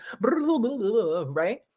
right